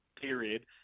period